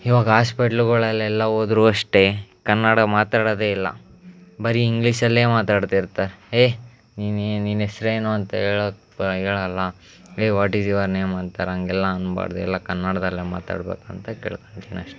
ಇವಾಗ ಹಾಸ್ಪಿಟ್ಲುಗಳಲ್ಲೆಲ್ಲ ಹೋದರೂ ಅಷ್ಟೇ ಕನ್ನಡ ಮಾತಾಡೋದೇ ಇಲ್ಲ ಬರೀ ಇಂಗ್ಲಿಷಲ್ಲೇ ಮಾತಾಡ್ತಿರ್ತಾರೆ ಹೇಯ್ ನೀನೇನು ನಿನ್ನ ಹೆಸರೇನು ಅಂತ ಹೇಳೋಕ್ಕೆ ಹೇಳೋಲ್ಲ hey what is your name ಅಂತಾರೆ ಹಾಗೆಲ್ಲ ಅನ್ಬಾರ್ದು ಎಲ್ಲ ಕನ್ನಡದಲ್ಲೇ ಮಾತಾಡಬೇಕಂತ ಕೇಳ್ಕಂತೀನಿ ಅಷ್ಟೇ